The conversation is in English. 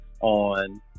on